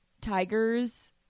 tigers